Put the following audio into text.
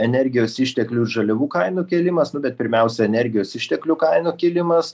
energijos išteklių žaliavų kainų kilimas na bet pirmiausia energijos išteklių kainų kilimas